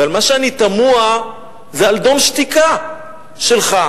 ועל מה שאני תמה זה על ה"דום שתיקה" שלך,